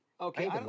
Okay